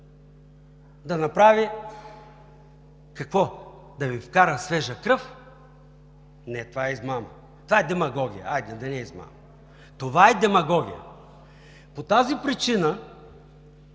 да направи, какво? Да Ви вкара свежа кръв? Не, това е измама. Това е демагогия, хайде да не е измама. Това е демагогия. По тази причина